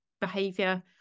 behavior